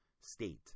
state